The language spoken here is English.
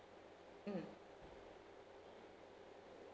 mm